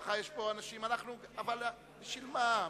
אבל בשביל מה?